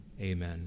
amen